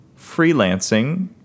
freelancing